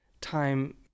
time